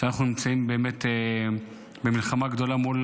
שבה אנחנו נמצאים באמת במלחמה גדולה מול